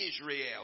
Israel